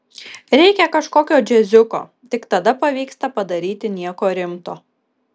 reikia kažkokio džiaziuko tik tada pavyksta padaryti nieko rimto